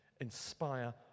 Inspire